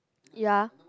ya